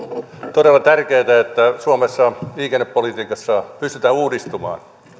todella tärkeätä että suomessa liikennepolitiikassa pystytään uudistumaan